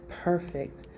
perfect